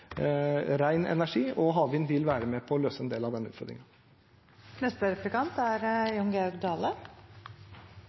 Havvind vil være med på å løse en del av den